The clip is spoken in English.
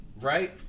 right